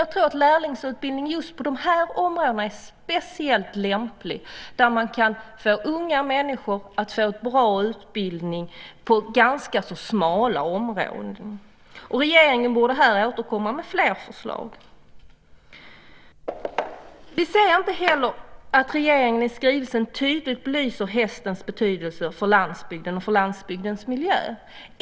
Jag tror att lärlingsutbildningen just på de här områdena är speciellt lämplig, då unga människor kan få en bra utbildning på ganska smala områden. Regeringen borde här återkomma med fler förslag. Vi ser inte heller att regeringen i skrivelsen tydligt belyser hästens betydelse för landsbygden och för landsbygdens miljö.